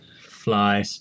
Fly